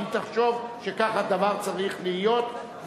אם תחשוב שכך הדבר צריך להיות,